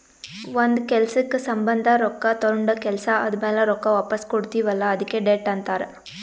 ಒಂದ್ ಕೆಲ್ಸಕ್ ಸಂಭಂದ ರೊಕ್ಕಾ ತೊಂಡ ಕೆಲ್ಸಾ ಆದಮ್ಯಾಲ ರೊಕ್ಕಾ ವಾಪಸ್ ಕೊಡ್ತೀವ್ ಅಲ್ಲಾ ಅದ್ಕೆ ಡೆಟ್ ಅಂತಾರ್